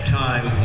time